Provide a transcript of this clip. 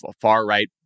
far-right